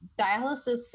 dialysis